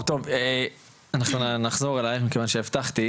טוב נחזור אלייך כיוון שהבטחתי,